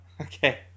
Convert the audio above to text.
Okay